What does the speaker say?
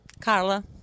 Carla